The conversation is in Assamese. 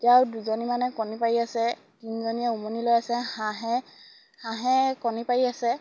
এতিয়াও দুজনী মানে কণী পাৰি আছে তিনিজনীয়ে উমনি লৈ আছে হাঁহে হাঁহে কণী পাৰি আছে